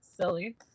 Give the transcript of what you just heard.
silly